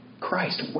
Christ